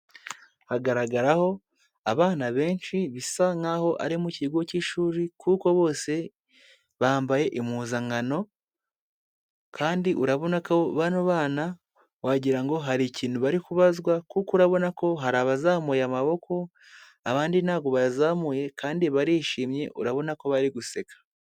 Hagaragaraho abana benshi bisa nkaho ari mu kigo cy'ishuri kuko bose bambaye impuzankano kandi urabona ko bano bana wagira ngo hari ikintu bari kubazwa kuko urabona ko hari abazamuye amaboko, abandi ntabwo bayazamuye kandi barishimye urabona ko bari guseka.